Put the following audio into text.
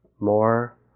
more